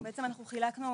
בעצם אנחנו חילקנו,